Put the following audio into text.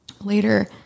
later